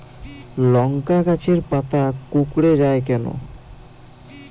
লংকা গাছের পাতা কুকড়ে যায় কেনো?